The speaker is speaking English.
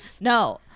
No